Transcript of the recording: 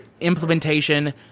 implementation